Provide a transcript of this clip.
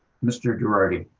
mr. gerardi?